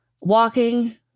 walking